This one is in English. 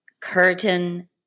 Curtain